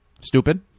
Stupid